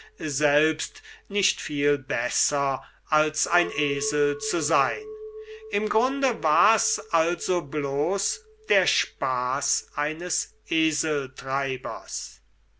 selbst nicht viel besser als ein esel zu sein im grunde war's also bloß der spaß eines